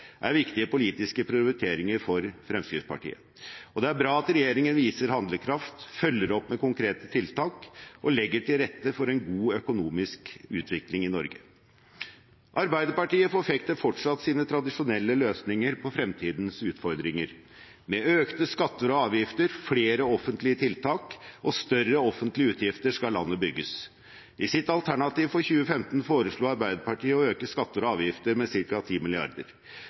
er viktige politiske prioriteringer for Fremskrittspartiet, og det er bra at regjeringen viser handlekraft, følger opp med konkrete tiltak og legger til rette for en god økonomisk utvikling i Norge. Arbeiderpartiet forfekter fortsatt sine tradisjonelle løsninger på fremtidens utfordringer – med økte skatter og avgifter, flere offentlige tiltak og større offentlige utgifter skal landet bygges. I sitt alternativ for 2015 foreslo Arbeiderpartiet å øke skatter og avgifter med